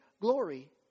glory